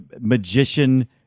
magician